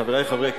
חברי חברי,